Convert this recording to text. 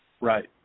Right